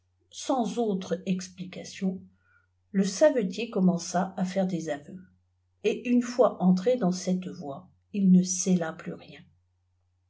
sans autre exfdication le savetier commença à faire des aveux et une fois entré dans cette voie il ne s ella plus rien